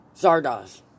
Zardoz